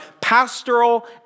pastoral